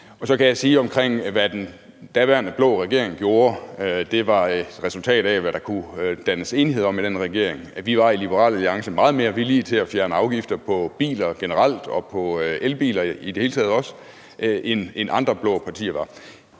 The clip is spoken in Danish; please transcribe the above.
Så kan jeg sige – i forhold til hvad den daværende blå regering gjorde – at det var et resultat af, hvad der kunne dannes enighed om i den regering. Vi var i Liberal Alliance meget mere velvillige til at fjerne afgifter på biler generelt og på elbiler, end andre blå partier var.